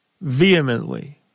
vehemently